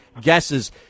guesses